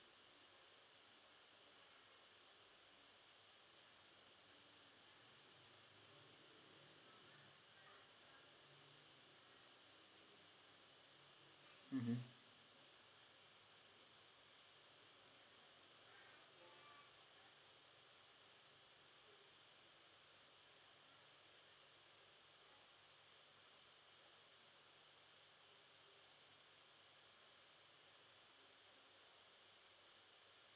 mmhmm